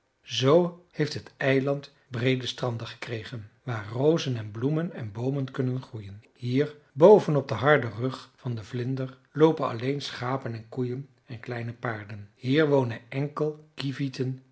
zoo heeft het eiland breede stranden gekregen waar rozen en bloemen en boomen kunnen groeien hier boven op den harden rug van den vlinder loopen alleen schapen en koeien en kleine paarden hier wonen enkel kieviten